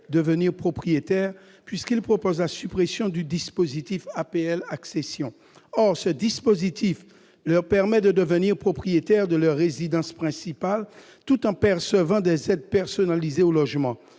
devenir propriétaires, en ce qu'il prévoit la suppression du dispositif APL-accession. Or ce dispositif leur permet de devenir propriétaires de leur résidence principale tout en percevant des aides personnalisées au logement,